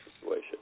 situation